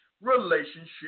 relationship